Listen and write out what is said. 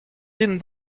dit